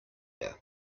air